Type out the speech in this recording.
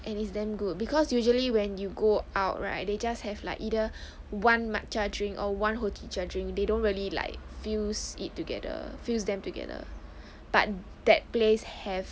and it's damn good because usually when you go out right they just have like either one matcha drink or one hojicha drink they don't really like fuse it together fuse them together but that place have